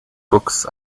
books